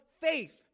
faith